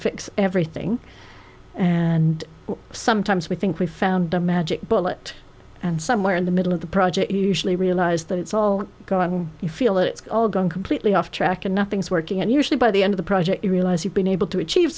fix everything and sometimes we think we found a magic bullet and somewhere in the middle of the project usually realize that it's all go on you feel that it's all gone completely off track and nothing's working and usually by the end of the project you realize you've been able to achieve